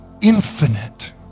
infinite